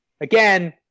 again